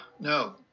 No